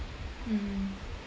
mm